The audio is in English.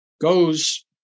goes